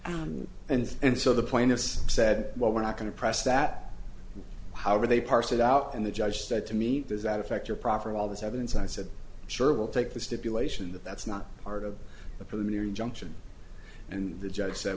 correct and and so the point is said well we're not going to press that however they parse it out and the judge said to me does that affect your proffer all this evidence i said sure we'll take the stipulation that that's not part of the preliminary injunction and the judge said